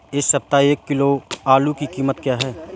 इस सप्ताह एक किलो आलू की कीमत क्या है?